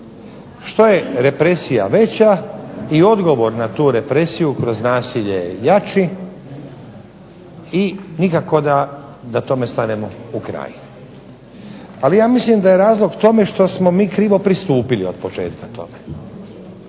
Što je represija veća i odgovor na tu represiju kroz nasilje je jači i nikako da tome stanemo u kraj. Ali ja mislim da je razlog tome što smo mi krivo pristupili od početka tome.